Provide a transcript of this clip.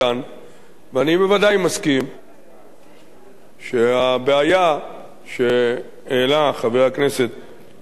ואני בוודאי מסכים שהבעיה שהעלה חבר הכנסת אלסאנע,